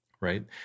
right